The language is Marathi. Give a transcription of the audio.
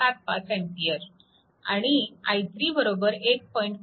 75 A आणि i3 1